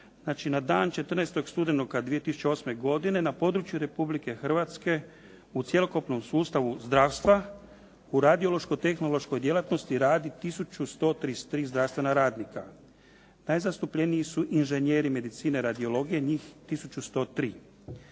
na dan 14. studenog 2008. godine na području Republike Hrvatske u cjelokupnom sustavu zdravstva u radiološko-tehnološkoj djelatnosti radi 1133 zdravstvena radnika. Najzastupljeniji su inženjeri medicine radiologije, njih 1103.